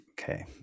Okay